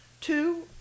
two